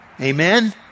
Amen